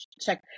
check